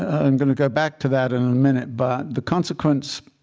i'm going to go back to that in a minute. but the consequence